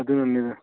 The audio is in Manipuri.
ꯑꯗꯨꯅꯅꯤꯗ